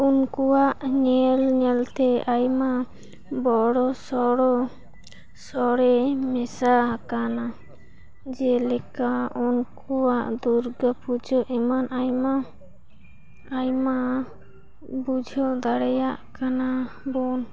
ᱩᱱᱠᱩᱣᱟᱜ ᱧᱮᱞ ᱧᱮᱞ ᱛᱮ ᱟᱭᱢᱟ ᱵᱚᱲᱚ ᱥᱚᱲᱚ ᱥᱚᱲᱮ ᱢᱮᱥᱟ ᱟᱠᱟᱱᱟ ᱡᱮᱞᱮᱠᱟ ᱩᱱᱠᱩᱣᱟᱜ ᱫᱩᱨᱜᱟᱹ ᱯᱩᱡᱟᱹ ᱮᱢᱟᱱ ᱟᱭᱢᱟ ᱟᱭᱢᱟ ᱵᱩᱡᱷᱟᱹᱣ ᱫᱟᱲᱮᱭᱟᱜ ᱠᱟᱱᱟ ᱵᱚᱱ